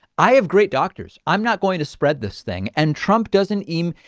i have great doctors. i'm not going to spread this thing. and trump doesn't even.